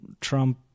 Trump